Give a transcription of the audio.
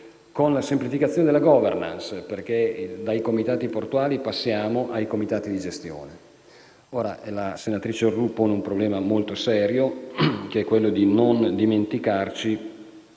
con la semplificazione della*governance*, con cui dai comitati portuali passiamo ai comitati di gestione. La senatrice Orrù pone un problema molto serio: non dobbiamo dimenticarci